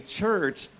church